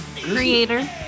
creator